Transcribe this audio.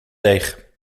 deeg